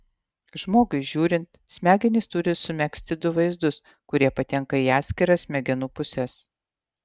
žmogui žiūrint smegenys turi sumegzti du vaizdus kurie patenka į atskiras smegenų puses